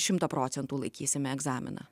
šimtą procentų laikysime egzaminą